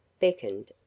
beckoned